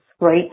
right